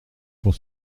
pour